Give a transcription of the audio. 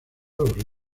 los